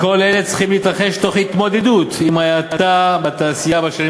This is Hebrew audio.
כל אלה צריכים להתרחש תוך התמודדות עם ההאטה בתעשייה בשנים